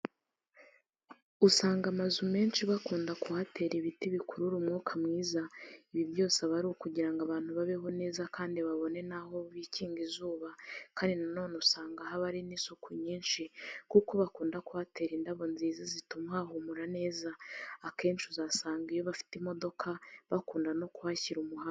Usanga amazu menshi bakunda kuhatera ibiti bikurura umwuka mwiza, ibi byose aba ari ukugira ngo abantu babeho neza kandi babone n'aho bikinga izuba kandi na none usanga haba hari isuku nyinshi kuko bakunda kuhatera indabo nziza zituma hahumura neza, akenshi usanga iyo bafite imodoka bakunda no kuhashyira umuhanda.